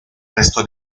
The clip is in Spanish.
resto